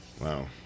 wow